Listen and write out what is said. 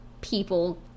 people